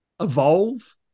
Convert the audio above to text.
evolve